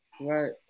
Right